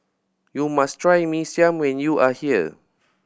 you must try Mee Siam when you are here